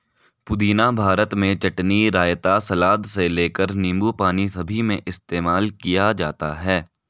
पुदीना भारत में चटनी, रायता, सलाद से लेकर नींबू पानी सभी में इस्तेमाल किया जाता है